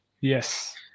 Yes